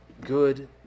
good